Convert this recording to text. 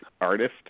artist